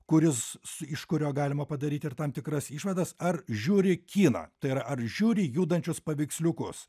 kuris su iš kurio galima padaryti ir tam tikras išvadas ar žiūri kiną tai yra ar žiūri judančius paveiksliukus